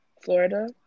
Florida